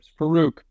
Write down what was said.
Farouk